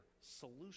solution